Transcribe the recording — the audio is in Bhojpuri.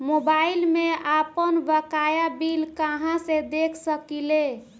मोबाइल में आपनबकाया बिल कहाँसे देख सकिले?